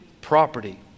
property